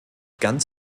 ganz